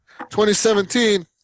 2017